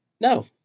No